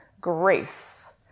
grace